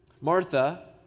Martha